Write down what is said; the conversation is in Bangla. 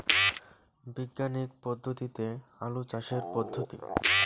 বিজ্ঞানিক পদ্ধতিতে আলু চাষের পদ্ধতি?